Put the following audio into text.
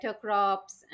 crops